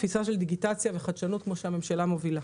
תפיסה של דיגיטציה וחדשנות כמו שהממשלה מובילה,